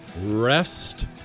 rest